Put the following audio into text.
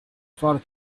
for